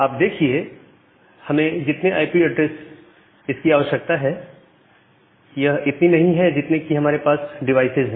आप देखिए हमें जितने आईपी एड्रेस इसकी आवश्यकता है यह इतनी नहीं है जितने कि हमारे पास डिवाइसेज है